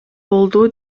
болду